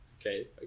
Okay